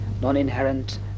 non-inherent